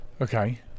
okay